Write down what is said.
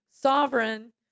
sovereign